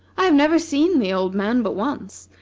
i have never seen the old man but once,